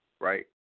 right